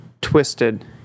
twisted